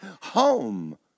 home